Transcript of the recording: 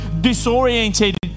disoriented